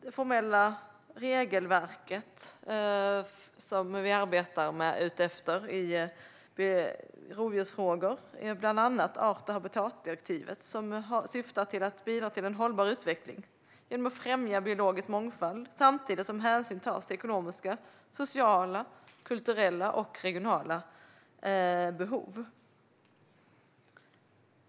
Det formella regelverk som vi arbetar utifrån i rovdjursfrågor innefattar bland annat art och habitatdirektivet, som syftar till att bidra till en hållbar utveckling genom att främja biologisk mångfald samtidigt som hänsyn tas till ekonomiska, sociala, kulturella och regionala behov.